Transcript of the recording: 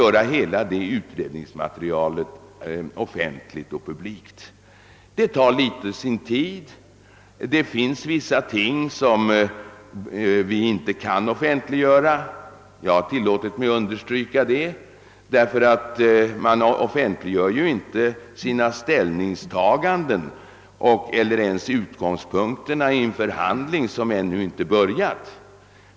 Det tar sin tid; vissa ting kan vi inte offentliggöra — man offentliggör ju inte sina ställningstaganden och särskilt inte sina utgångspunkter inför en förhandling som ännu inte börjat.